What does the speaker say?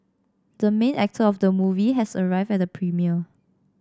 the main actor of the movie has arrived at the premiere